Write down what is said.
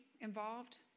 involved